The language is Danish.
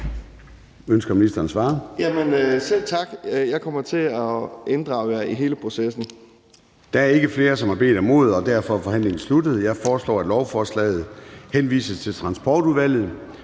Transportministeren (Thomas Danielsen): Selv tak. Jeg kommer til at inddrage jer i hele processen. Kl. 10:36 Formanden (Søren Gade): Der er ikke flere, som har bedt om ordet, og derfor er forhandlingen sluttet. Jeg foreslår, lovforslaget henvises til Transportudvalget.